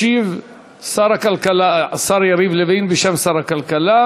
ישיב השר יריב לוין בשם שר הכלכלה